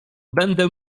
będę